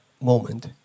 moment